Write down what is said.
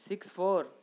six four